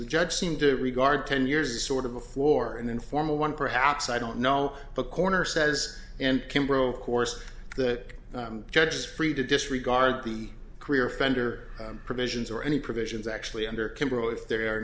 the judge seemed to regard ten years as sort of a floor an informal one perhaps i don't know but corner says and kimbrel course that judges free to disregard the career offender provisions or any provisions actually under control if they are